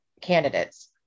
candidates